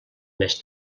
més